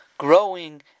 growing